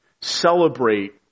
Celebrate